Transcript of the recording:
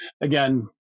again